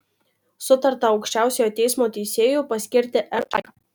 sutarta aukščiausiojo teismo teisėju paskirti r čaiką